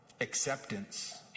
acceptance